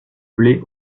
blé